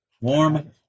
warm